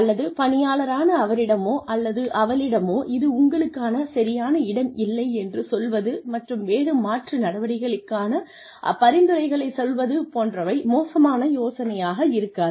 அல்லது பணியாளரான அவரிடமோ அல்லது அவளிடமோ இது உங்களுக்கான சரியான இடம் இல்லை என்று சொல்வது மற்றும் வேறு மாற்று நடவடிக்கைக்கான பரிந்துரைகளைச் சொல்வது போன்றவை மோசமான யோசனையாக இருக்காது